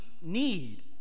need